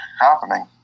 happening